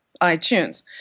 iTunes